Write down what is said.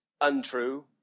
untrue